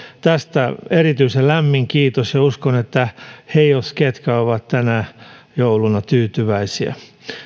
tästä erityisen lämmin kiitos uskon että he jos ketkä ovat tänä jouluna tyytyväisiä